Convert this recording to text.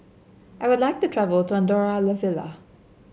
I would like to travel to Andorra La Vella